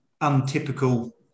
untypical